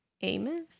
Amos